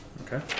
Okay